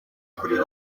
kuri